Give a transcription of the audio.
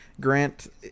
Grant